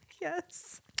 Yes